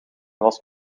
was